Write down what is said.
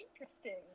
Interesting